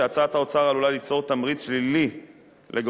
שהצעת האוצר עלולה ליצור תמריץ שלילי לגורמים